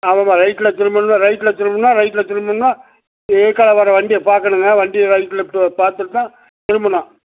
ஆமாம் ஆமாம் ரைட்டில் திரும்பணும் ரைட்டில் திரும்பணுன்னால் ரைட்டில் திரும்பணுன்னால் எதுர்க்கால வர்ற வண்டியை பார்க்கணுங்க வண்டி ரைட் லெஃப்ட் பார்த்துட்டு தான் திரும்பணும்